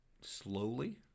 slowly